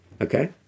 Okay